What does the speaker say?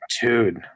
Dude